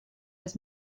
was